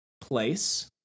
place